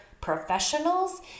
professionals